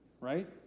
right